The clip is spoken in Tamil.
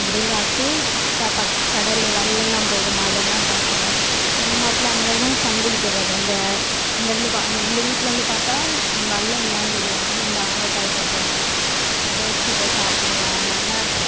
இப்படி காட்டி கா ப கடல் வெள்ளம்லாம் போகுமா அதெல்லாம் காட்டுவேன் எங்கள் மாப்பிள அங்கே தான் சங்குளிக்க போது அந்த அங்கேருந்து பா எங்கள் வீட்டிலேருந்து பார்த்தா வெள்ளம் எல்லாம் தெரியும் அங்கே இருந்து அவங்க கை காட்டுவாங்க அதை வச்சு இவள் சாப்பிடுவா நல்லாயிருக்கும்